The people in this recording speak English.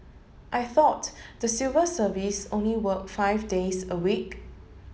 I thought the civil service only work five days a week